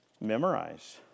memorize